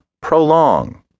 prolong